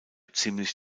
ziemlich